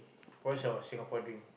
what's your Singapore dream